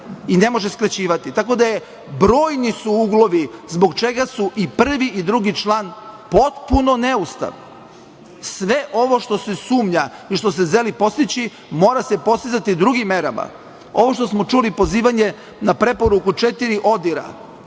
i ne može skraćivati, tako da su brojni uglovi zbog čega su i prvi i drugi član potpuno neustavni, a sve ovo što se sumnja i što se želi postići, mora se postizati drugim merama. Ovo što smo čuli pozivanje na preporuku 4 ODIHR-a,